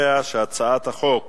הצעת חוק